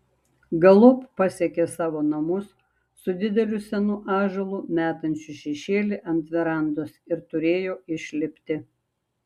galop pasiekė savo namus su dideliu senu ąžuolu metančiu šešėlį ant verandos ir turėjo išlipti